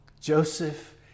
joseph